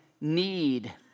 need